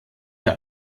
der